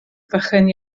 vychan